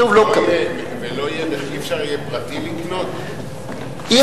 ולא יהיה אפשר לקנות, פרטי?